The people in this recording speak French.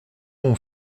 mon